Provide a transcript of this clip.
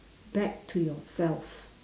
back to yourself